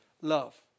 love